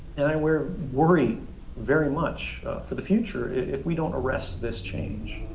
and i worr worry very much for the future if we don't arrest this change